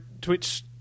Twitch